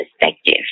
perspective